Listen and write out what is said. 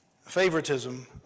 Favoritism